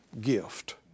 gift